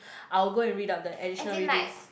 I will go and read out the additional readings